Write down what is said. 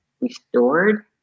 restored